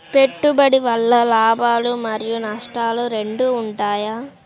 పెట్టుబడి వల్ల లాభాలు మరియు నష్టాలు రెండు ఉంటాయా?